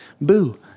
boo